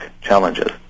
challenges